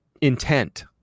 intent